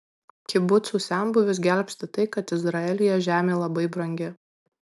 kibucų senbuvius gelbsti tai kad izraelyje žemė labai brangi